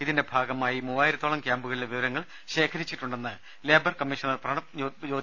ഇതിന്റെ ഭാഗമായി മൂവായിരത്തോളം ക്യാമ്പുകളിലെ വിവരങ്ങൾ ശേഖരിച്ചിട്ടുണ്ടെന്ന് ലേബർ കമ്മീഷണർ പ്രണബ് ജ്യോതിനാഥ് മന്ത്രി ടി